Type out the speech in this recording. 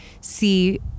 see